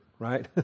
right